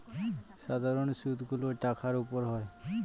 সাধারন সুদ গুলো টাকার উপর হয়